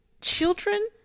children